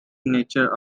nature